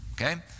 Okay